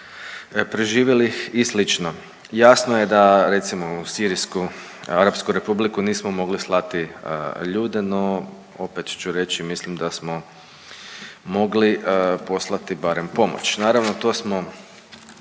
preživjelih i slično. Jasno je da recimo u sirijsku, arapsku republiku nismo mogli slati ljude, no opet ću reći mislim da smo mogli poslati barem pomoć. Naravno to smo